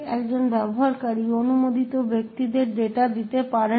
একজন ব্যবহারকারী অননুমোদিত ব্যক্তিদের ডেটা দিতে পারে না